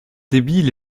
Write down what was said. débile